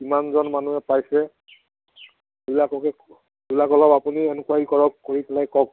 কিমানজন মানুহে পাইছে অলপ আপুনি এনকুৱাৰী কৰক কৰি পেলাই কওক